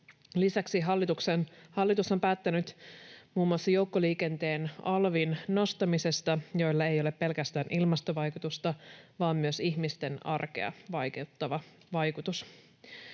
Lisäksi hallitus on päättänyt muun muassa joukkoliikenteen alvin nostamisesta, millä ei ole pelkästään ilmastovaikutusta vaan myös ihmisten arkea vaikeuttava vaikutus.